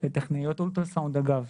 טכנאיות אולטרסאונד, אגב.